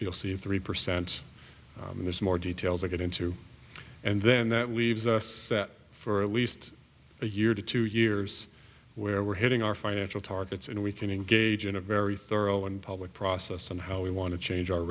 you'll see three percent there's more details that get into and then that leaves us for at least a year to two years where we're hitting our financial targets and we can engage in a very thorough and public process on how we want to change our